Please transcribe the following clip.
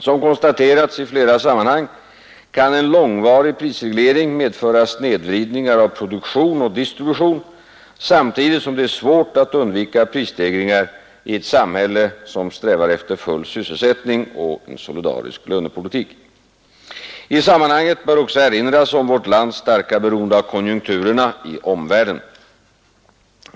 Som konstaterats i flera sammanhang kan en långvarig prisreglering medföra snedvridningar av produktion och distribution, samtidigt som det är svårt att undvika prisstegringar i ett samhälle som eftersträvar full sysselsättning och solidarisk lönepolitik. I sammanhanget bör också erinras om vårt lands starka beroende av konjunkturerna i omvärlden.